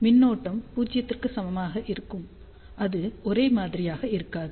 மின்னோட்டம் 0 க்கு சமமாக இருக்கும் அது ஒரே மாதிரியாக இருக்காது